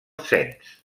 cens